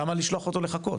למה לשלוח אותו לחכות?